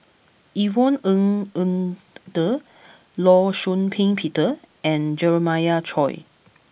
Yvonne Ng Uhde Law Shau Ping Peter and Jeremiah Choy